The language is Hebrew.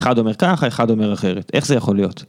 אחד אומר ככה, אחד אומר אחרת, איך זה יכול להיות?